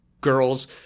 girls